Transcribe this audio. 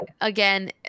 again